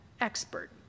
expert